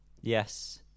yes